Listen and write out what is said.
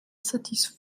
satisfont